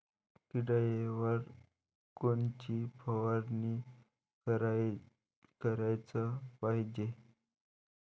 किड्याइवर कोनची फवारनी कराच पायजे?